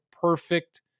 perfect